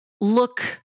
look